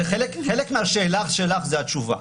חלק מהשאלה שלך היא התשובה.